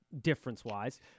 difference-wise